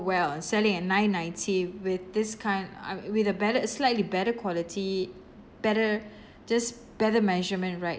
well and selling at nine ninety with this kind I mean with a belle~ slightly better quality better just better measurement right